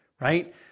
right